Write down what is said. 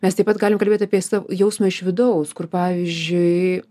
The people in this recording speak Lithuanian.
mes taip pat galim kalbėt apie sav jausmą iš vidaus kur pavyzdžiui